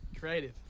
Creative